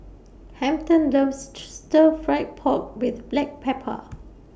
Hampton loves Stir Fry Pork with Black Pepper